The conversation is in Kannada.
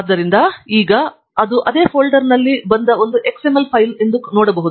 ಆದ್ದರಿಂದ ಇದು ಈಗ ಅದೇ ಫೋಲ್ಡರ್ನಲ್ಲಿ ಬಂದ ಒಂದು XML ಫೈಲ್ ಎಂದು ನಾನು ನೋಡಬಹುದು